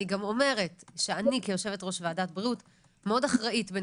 אני גם אומרת שאני כיושבת ראש ועדת הבריאות מאוד אחראית בין